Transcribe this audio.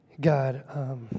God